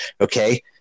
Okay